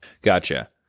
Gotcha